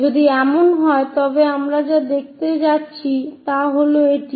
যদি এমন হয় তবে আমরা যা দেখতে যাচ্ছি তা হল এটি